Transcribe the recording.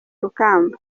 rukamba